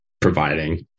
providing